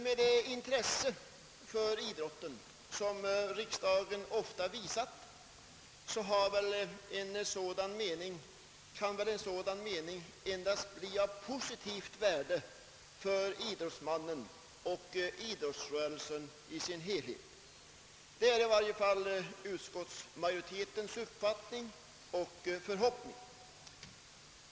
Med hänsyn till det intresse för idrotten som riksdagen ofta visat kan väl en sådan mening endast bli av positivt värde för idrottsmännen och idrottsrörelsen i dess helhet — det är i varje fall utskottsmajoritetens uppfattning och förhoppning.